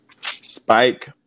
Spike